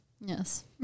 Yes